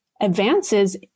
advances